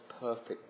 perfect